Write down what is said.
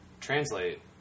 translate